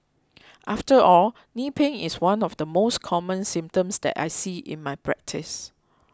after all knee pain is one of the most common symptoms that I see in my practice